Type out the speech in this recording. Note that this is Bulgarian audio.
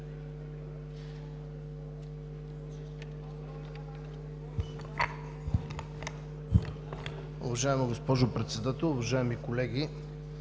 Уважаема госпожо Председател, уважаеми колеги!